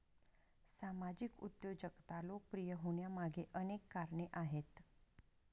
सामाजिक उद्योजकता लोकप्रिय होण्यामागे अनेक कारणे आहेत